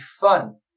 fun